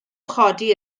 chodi